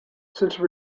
since